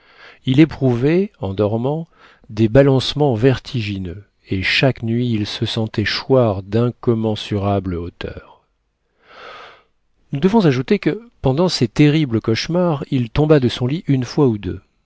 il éprouvait en dormant des balancements vertigineux et chaque nuit il se sentait choir d'incommensurables hauteurs nous devons ajouter que pendant ces terribles cauchemars il tomba de son lit une fois ou deux